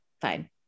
Fine